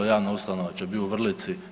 Javna ustanova će bit u Vrlici.